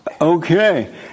Okay